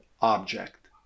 object